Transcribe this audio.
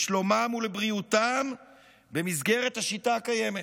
לשלומם ולבריאותם במסגרת השיטה הקיימת.